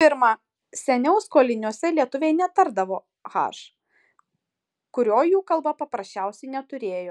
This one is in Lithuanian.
pirma seniau skoliniuose lietuviai netardavo h kurio jų kalba paprasčiausiai neturėjo